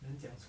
你讲